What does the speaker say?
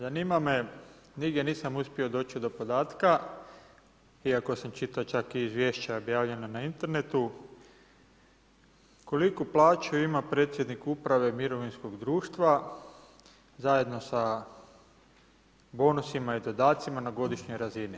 Zanima me, nigdje nisam uspio doći do podatka, iako sam čitao čak izvješća objavljena na internetu, koliku plaću ima predsjednik uprave Mirovinskog društva, zajedno sa bonusima i dodacima na godišnjoj razini?